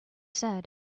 said